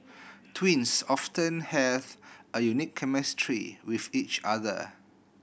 twins often have a unique chemistry with each other